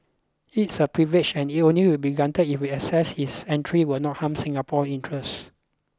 it's a privilege and it will only be granted if we assess his entry will not harm Singapore's interest